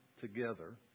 together